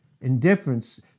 indifference